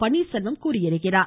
பன்னீர்செல்வம் தெரிவித்துள்ளார்